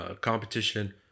competition